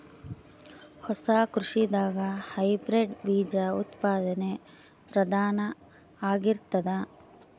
ಹೊಸ ಕೃಷಿದಾಗ ಹೈಬ್ರಿಡ್ ಬೀಜ ಉತ್ಪಾದನೆ ಪ್ರಧಾನ ಆಗಿರತದ